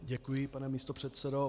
Děkuji, pane místopředsedo.